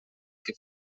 que